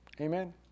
amen